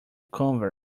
convert